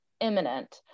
imminent